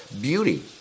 beauty